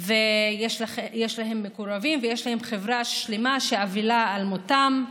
יש להם מקורבים ויש להם חברה שלמה שאבלה על מותם: